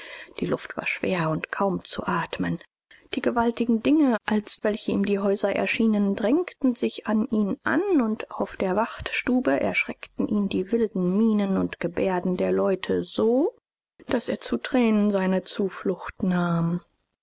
die luft war schwer und kaum zu atmen die gewaltigen dinge als welche ihm die häuser erschienen drängten sich an ihn an und auf der wachtstube erschreckten ihn die wilden mienen und gebärden der leute so daß er zu tränen seine zuflucht nahm